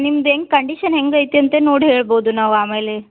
ನಿಮ್ದು ಹೇಗ್ ಕಂಡೀಷನ್ ಹೆಂಗೈತೆ ಅಂತ ನೋಡಿ ಹೇಳ್ಬೋದು ನಾವು ಆಮೇಲೆ